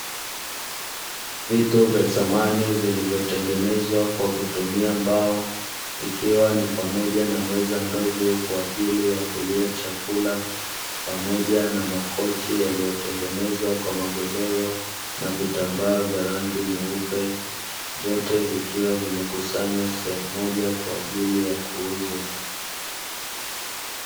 Vitu vya samani vilivyotengenezwa kwa kutumia mbao ikiwa ni pamoja na meza ndogo kwajili ya kulia chakula, pamoja na makochi yaliyotengenezwa kwa magodoro na vitambaa vya rangi nyeupe, vyote vikiwa vimekusanywa sehemu moja kwajili ya kuuzwa.